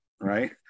right